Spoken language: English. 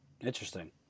Interesting